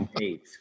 eight